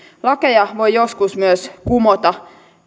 lakeja voi joskus myös kumota